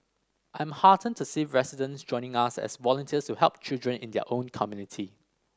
I'm heartened to see residents joining us as volunteers to help children in their own community